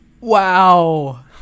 Wow